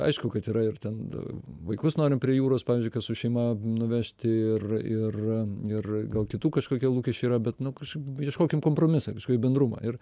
aišku kad yra ir ten vaikus norim prie jūros pavyzdžiui kad su šeima nuvežti ir ir ir gal kitų kažkokie lūkesčiai yra bet nu kažkaip ieškokim kompromiso kažkokio bendrumo ir